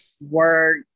work